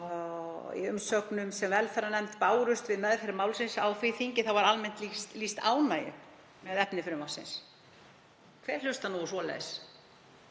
Í umsögnum sem velferðarnefnd bárust við meðferð málsins á því þingi var almennt lýst ánægju með efni frumvarpsins. Hver hlustar nú á svoleiðis